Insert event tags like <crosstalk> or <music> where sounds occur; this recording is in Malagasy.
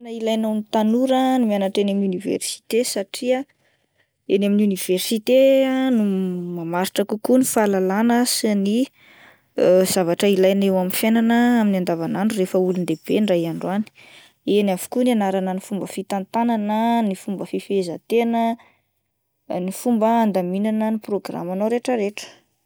Tena ilain'ny tanora ny mianatra eny amin'ny oniversite satria eny amin'ny oniversite ah no m-mamaritra kokoa ny fahalalana sy ny <hesitation> zavatra ilaina eo amin'ny fiainana andavan'andro rehefa olon-dehibe indray andro any, eny avokoa no hianarana ny fomba fitantanana ny fomba fifehezan-tena ny fomba andaminana ny prôgramanao rehetra rehetra.